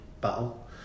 battle